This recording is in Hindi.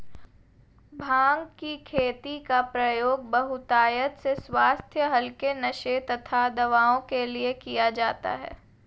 भांग की खेती का प्रयोग बहुतायत से स्वास्थ्य हल्के नशे तथा दवाओं के लिए किया जाता है